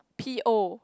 p_o